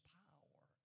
power